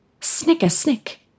Snicker-snick